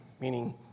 meaning